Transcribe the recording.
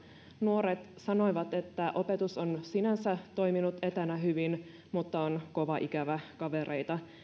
nuoret sanoivat että opetus on sinänsä toiminut etänä hyvin mutta on kova ikävä kavereita